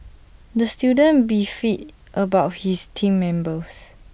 the student beefed about his Team Members